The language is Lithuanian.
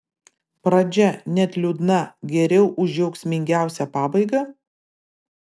pradžia net liūdna geriau už džiaugsmingiausią pabaigą